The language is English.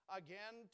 again